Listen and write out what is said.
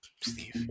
Steve